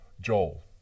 Joel